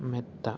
മെത്ത